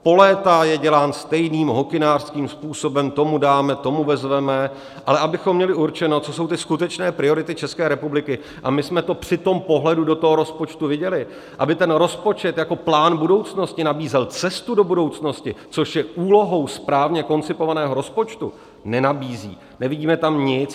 Po léta je dělán stejným hokynářským způsobem, tomu dáme, tomu vezmeme, ale abychom měli určeno, co jsou ty skutečné priority České republiky, a my jsme to při tom pohledu do rozpočtu viděli, aby ten rozpočet jako plán budoucnosti nabízel cestu do budoucnosti, což je úlohou správně koncipovaného rozpočtu nenabízí, nevidíme tam nic.